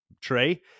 tray